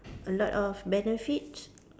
a lot of benefits